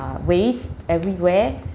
waste everywhere